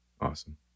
Awesome